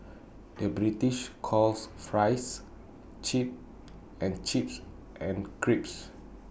the British calls Fries Chips and chips and crisps